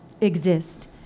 exist